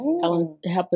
helping